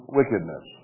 wickedness